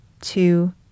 two